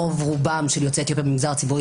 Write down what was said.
רוב רובם של יוצאי אתיופיה במגזר הציבורי